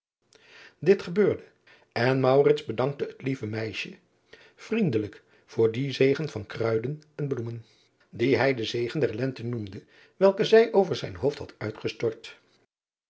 it gebeurde en bedankte het lieve meisje vriendelijk voor dien zegen van kruiden en bloemen dien hij den zegen der ente noemde welken zij over zijn hoofd had uitgestort